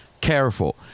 careful